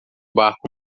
barco